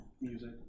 Music